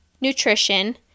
nutrition